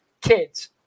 kids